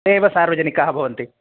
ते एव सार्वजनिकाः भवन्ति